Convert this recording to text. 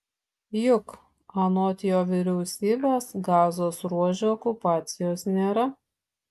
juk anot jo vyriausybės gazos ruože okupacijos nėra